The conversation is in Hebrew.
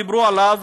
דיברו עליו,